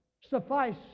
suffice